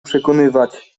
przekonywać